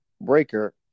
Breaker